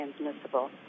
transmissible